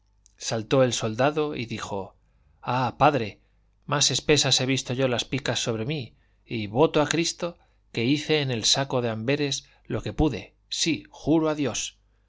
saltó el soldado y dijo ah padre más espesas he visto yo las picas sobre mí y voto a cristo que hice en el saco de amberes lo que pude sí juro a dios